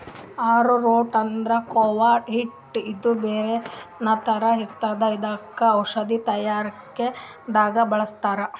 ಆರೊ root ಅಂದ್ರ ಕೂವ ಹಿಟ್ಟ್ ಇದು ಬೇರಿನ್ ಥರ ಇರ್ತದ್ ಇದಕ್ಕ್ ಔಷಧಿ ತಯಾರಿಕೆ ದಾಗ್ ಬಳಸ್ತಾರ್